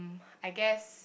I guess